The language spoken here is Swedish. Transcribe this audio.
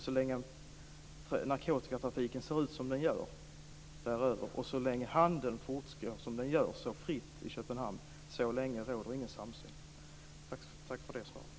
Så länge narkotikatrafiken ser ut som den gör och så länge handeln fortgår fritt som den gör i Köpenhamn, så länge råder ingen samsyn. Tack för svaret.